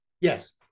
Yes